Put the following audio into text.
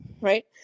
right